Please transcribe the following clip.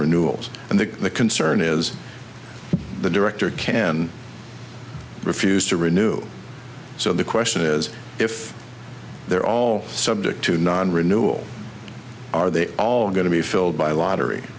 renewals and that the concern is the director can refuse to renew so the question is if they're all subject to non renewal are they all going to he filled by lottery